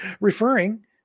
referring